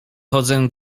chodzę